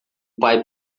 pai